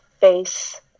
face